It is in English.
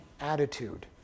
attitude